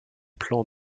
plans